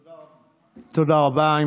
תודה רבה.